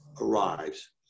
arrives